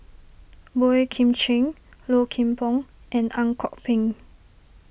Boey Kim Cheng Low Kim Pong and Ang Kok Peng